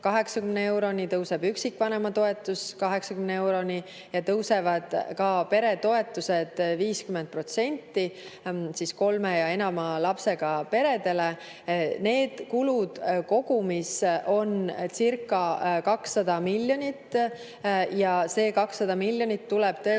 80 euroni, tõuseb üksikvanema toetus 80 euroni ja tõusevad ka peretoetused 50% kolme ja enama lapsega peredele. Need kulud kogumis oncirca200 miljonit ja see 200 miljonit tuleb tõesti